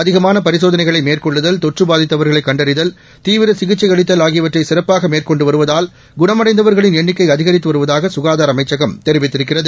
அதிகமானபரிசோதனைகளைமேற்கொள்ளுதல் தொற்றுபாதித்தவர்களைகண்டறிதல் தீவிரசிகிச்சைஅளித்தல்ஆகியவற்றைசிறப்பாகமேற்கொண் டுவருவதால் குணம்அடைந்தவர்கள்எண்ணிக்கைஅதிகரித்துவருவதாகசு காதாரஅமைச்சகம்தெரிவித்திருக்கிறது